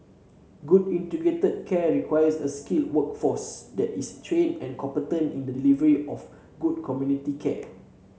good integrated care requires a skilled workforce that is trained and competent in the delivery of good community care